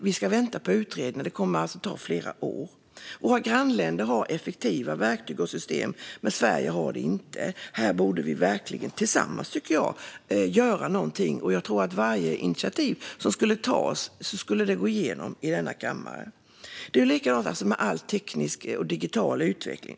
Vi ska vänta på utredningen, och det kommer alltså att ta flera år. Våra grannländer har effektiva verktyg och system, men Sverige har det inte. Här borde vi verkligen göra någonting tillsammans, tycker jag. Jag tror att varje initiativ som skulle tas skulle gå igenom i denna kammare. Det är likadant med all teknisk och digital utveckling.